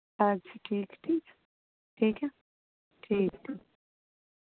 اچھا ٹھیک ہے ٹھیک ہے ٹھیک ہے ٹھیک ٹھیک ہے